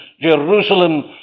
Jerusalem